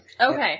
Okay